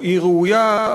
היא ראויה,